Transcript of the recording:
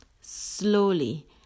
slowly